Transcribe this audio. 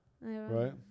Right